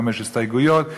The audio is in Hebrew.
חמש הסתייגויות,